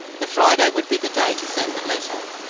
the friday would be the day to send the letter,